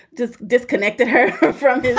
just disconnected her from